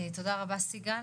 סיגל,